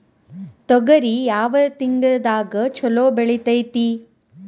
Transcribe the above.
ತೊಗರಿ ಯಾವ ತಿಂಗಳದಾಗ ಛಲೋ ಬೆಳಿತೈತಿ?